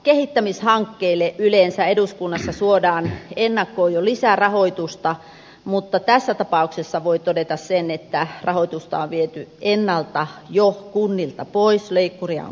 kehittämishankkeille yleensä eduskunnassa suodaan ennakkoon jo lisärahoitusta mutta tässä tapauksessa voi todeta että rahoitusta on viety jo ennalta kunnilta pois leikkuria on käytetty